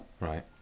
Right